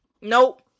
nope